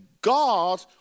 God